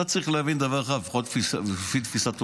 אתה צריך להבין דבר אחד, לפחות לפי תפיסת עולמי.